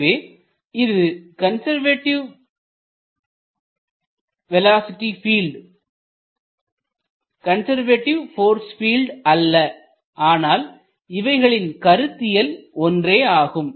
எனவே இது conservative velocity field conservative force field அல்ல ஆனால் இவைகளின் கருத்தியல் ஒன்றேயாகும்